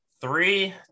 three